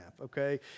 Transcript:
okay